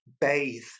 bathe